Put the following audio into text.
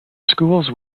schools